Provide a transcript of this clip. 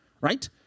right